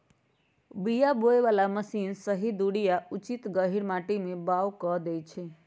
बीया बोय बला मशीन सही दूरी आ उचित गहीर माटी में बाओ कऽ देए छै